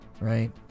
right